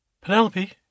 Penelope